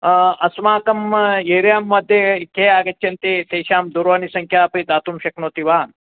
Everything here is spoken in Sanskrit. अस्माकम् एरियां मध्ये के आगच्छन्ति तेषां दूरवाणीसङ्ख्या अपि दातुं शक्नोति वा